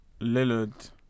Lillard